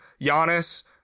Giannis